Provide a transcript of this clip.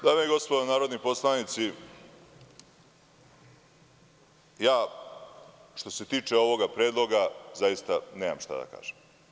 Dame i gospodo narodni poslanici, što se tiče ovog predloga, zaista nemam šta da kažem.